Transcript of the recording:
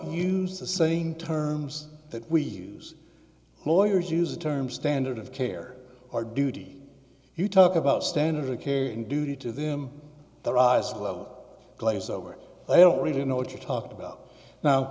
use the same terms that we use lawyers use the term standard of care or duty you talk about standard of care and duty to them their eyes glow glaze over they don't really know what you're talking about now